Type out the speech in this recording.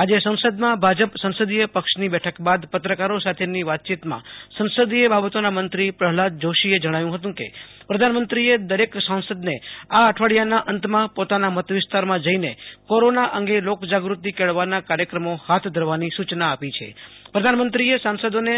આજે સંસદમાં ભાજપ સંસદીય પક્ષની બેઠક બાદ પત્રકારો સાથેની વાતયીતમાં સંસદીય બાબતોના મંત્રી પ્રહલાદ જોષીએ જણાવ્યુ હતું કે પ્રધાનમંત્રીએ દરેક સાંસદને આ અઠવાડિયાના અંતમાં પોતાના મતવિસ્તારમાં જઈને કોરોના અંગે લોક જાગૃતિ કેળવવાના કાર્યક્રમો હાથ ધરવાની સુ ચના આપી છે પ્રધાનમંત્રીએ સાસંદોને